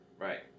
Right